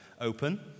open